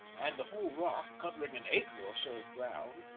and the whole rock, covering an acre or so of ground,